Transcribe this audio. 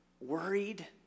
worried